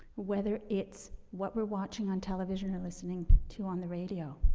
whether it's what we're watching on television or listening to on the radio,